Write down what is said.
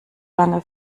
lange